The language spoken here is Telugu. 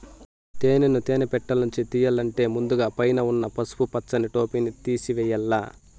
తేనెను తేనె పెట్టలనుంచి తియ్యల్లంటే ముందుగ పైన ఉన్న పసుపు పచ్చని టోపిని తేసివేయల్ల